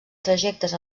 trajectes